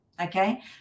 okay